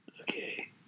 Okay